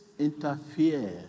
interfere